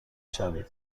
شوید